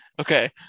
Okay